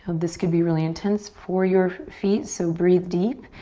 this could be really intense for your feet, so breathe deep.